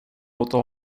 låta